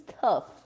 tough